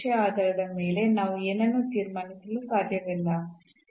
ನಾವು ಈ ಮತ್ತು ಅನ್ನು ಬರೆದಿದ್ದೇವೆ ಮತ್ತು ನಂತರ ನಾವು ಮೊದಲ 2 ಪದಗಳಿಂದ ಅನ್ನು ಸಾಮಾನ್ಯ ಎಂದು ತೆಗೆದುಕೊಳ್ಳಬಹುದು